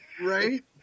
Right